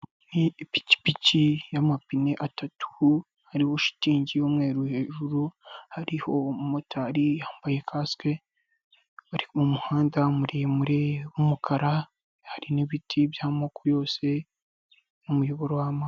Ipikipiki y'amapine atatu hariho shitingi y'umweru hejuru, hariho umumotari yambaye kasike, bari mu muhanda muremure w'umukara, hari n'ibiti by'amoko yose n'umuyoboro w'amazi.